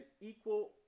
equal